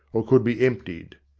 or could be emptied.